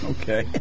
Okay